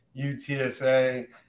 UTSA